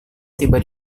tiba